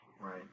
Right